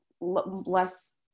less